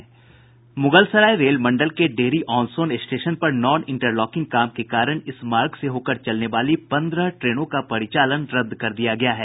Mughalsarai rail मंडल के Dehri on Sone station पर नॉन इंटरलॉकिंग काम के कारण इस मार्ग से होकर चलने वाली पन्द्रह ट्रेनों का परिचालन रद्द कर दिया गया है